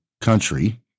country